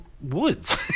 woods